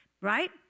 right